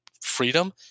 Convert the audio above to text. freedom